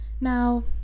Now